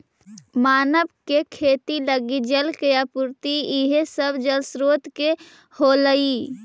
मानव के खेती लगी जल के आपूर्ति इहे सब जलस्रोत से होलइ